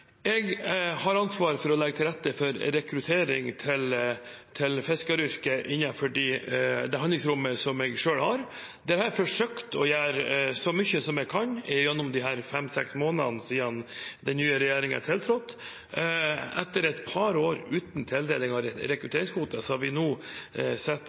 Jeg har ansvar for å legge til rette for rekruttering til fiskeryrket innenfor det handlingsrommet som jeg selv har. Det har jeg forsøkt å gjøre så mye som jeg kan gjennom disse fem–seks månedene siden den nye regjeringen tiltrådte. Etter et par år uten tildeling av